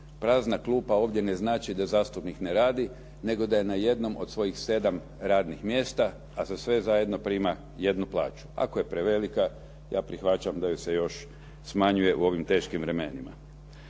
prazna klupa ovdje ne znači da zastupnik ne radi nego da je na jednom od svojih sedam radnih mjesta a za sve zajedno prima jednu plaću. Ako je prevelika ja prihvaćam da ju se još smanjuje u ovim teškim vremenima.